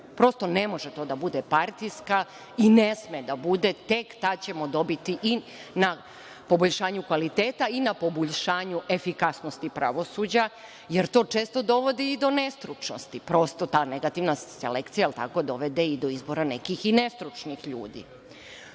Prosto, ne može to da bude partijska, i ne sme da bude. Tek tada ćemo dobiti i na poboljšanju kvaliteta i na poboljšanju efikasnosti pravosuđa, jer to često dovodi i do nestručnosti. Prosto, ta negativna selekcija dovede i do izbora nekih i nestručnih ljudi. Drugo,